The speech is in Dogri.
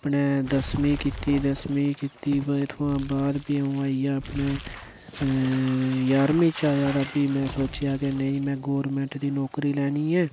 में दसमीं कीती दसमीं कीती में उत्थुआं बाद प्ही अं'ऊ आई गेआ अपने ञारमीं च हा अं'ऊ ते प्ही में सोचेआ कि नेईं में गौरमेंट दी नौकरी लैनी ऐ